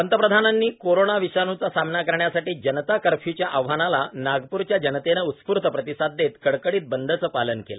पंतप्रधानांनी कोरोना विषाणूचा सामना करण्यासाठी जनता कर्फ्युच्या आव्हानाला नागपूरच्या जनतेने उस्फूर्तप्रतिसाद देत कडकडीत बंदचे पालन केले